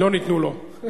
לא ניתנו לו.